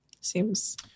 Seems